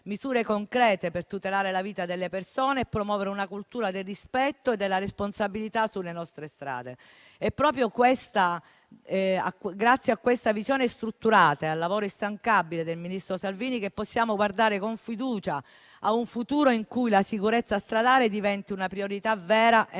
misure concrete per tutelare la vita delle persone e promuovere una cultura del rispetto e della responsabilità sulle nostre strade. È proprio grazie a questa visione strutturata e al lavoro instancabile del ministro Salvini che possiamo guardare con fiducia a un futuro in cui la sicurezza stradale diventi una priorità vera e